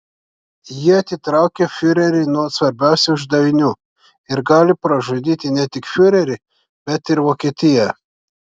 ji atitraukė fiurerį nuo svarbiausių uždavinių ir gali pražudyti ne tik fiurerį bet ir vokietiją